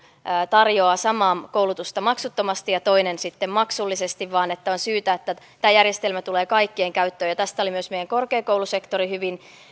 tarjoaa samaa koulutusta maksuttomasti ja toinen sitten maksullisesti vaan että on syytä että tämä järjestelmä tulee kaikkien käyttöön tästä oli myös meidän korkeakoulusektori